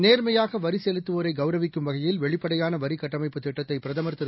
நேர்மையாகவரிசேலுத்துவோரைகௌரவிக்கும் வகையில் வெளிப்படையானவரிகட்டமைப்புத் திட்டத்தைபிரதமர் திரு